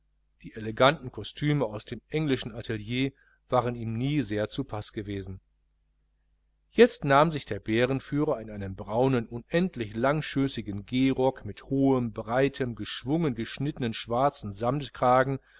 die eleganten kostüme aus dem englischen atelier waren ihm nie sehr zu passe gewesen jetzt nahm sich der bärenführer in einem braunen unendlich langschößigen gehrock mit hohem breitem geschwungen geschnittenem schwarzem